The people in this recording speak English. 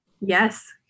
Yes